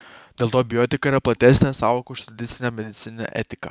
dėl to bioetika yra platesnė sąvoka už tradicinę medicininę etiką